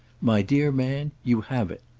my dear man, you have it.